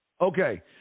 Okay